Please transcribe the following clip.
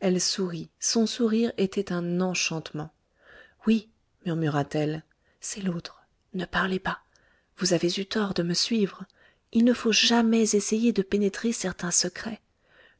elle sourit son sourire était un enchantement oui murmura-t-elle c'est l'autre ne parlez pas vous avez eu tort de me suivre il ne faut jamais essayer de pénétrer certains secrets